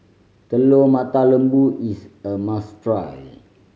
Telur Mata Lembu is a must try